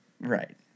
Right